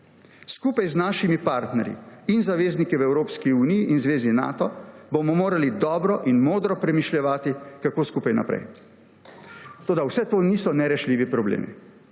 Skupaj z našimi partnerji in zavezniki v Evropski uniji in zvezi Nato, bomo morali dobro in modro premišljevati, kako skupaj naprej. Toda, vse to niso nerešljivi problemi.